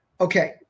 Okay